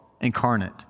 incarnate